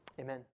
Amen